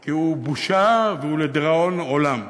כי הוא בושה והוא לדיראון עולם.